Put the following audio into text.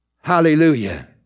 Hallelujah